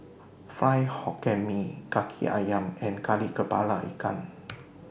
Fried Hokkien Mee Kaki Ayam and Kari Kepala Ikan